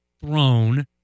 thrown